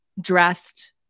dressed